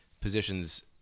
positions